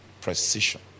precision